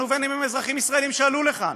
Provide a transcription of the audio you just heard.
ובין אם הם אזרחים ישראלים שעלו לכאן